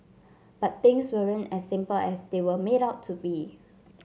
but things weren't as simple as they were made out to be